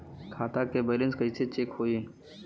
खता के बैलेंस कइसे चेक होई?